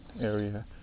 area